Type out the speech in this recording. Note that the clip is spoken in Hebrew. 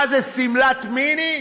מה, זה שמלת מיני?